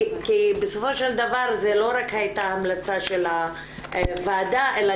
כי בסופו של דבר זו לא רק הייתה המלצה של הוועדה אלא